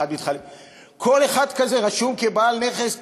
כל אחד כזה רשום כבעל נכס,